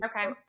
okay